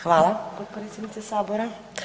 Hvala potpredsjednice Sabora.